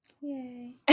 Yay